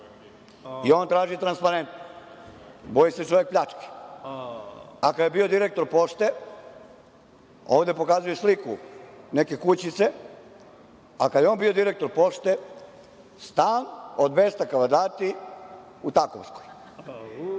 i on traži transparentnost. Boji se čovek pljačke, a kada je bio direktor Pošte, ovde pokazuje sliku neke kućice, a kada je on bio direktor Pošte, stan od 200 kvadrata u Takovskoj,